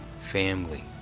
family